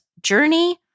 journey